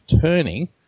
turning